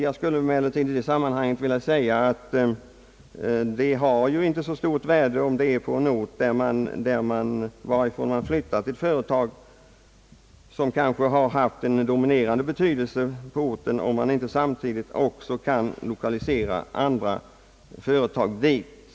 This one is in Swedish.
Dock skulle jag vilja säga att sådana åtgärder inte har så stort värde för en ort från vilken man har flyttat ett helt dominerande företag, om man inte samtidigt också kan lokalisera andra företag dit.